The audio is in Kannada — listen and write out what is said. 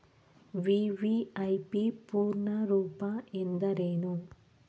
ವಿ.ವಿ.ಐ.ಪಿ ಪೂರ್ಣ ರೂಪ ಎಂದರೇನು?